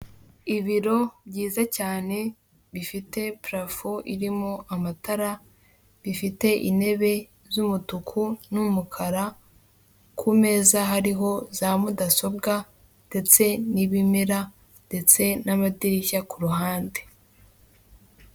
Ibiro byiza cyane bifite parafo irimo amatara, bifite intebe z'umutuku n'umukara, ku meza hariho za mudasobwa ndetse n'ibimera ndetse n'amadirishya ku ruhande.